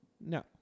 No